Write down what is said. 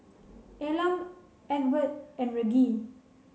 Elam Egbert and Reggie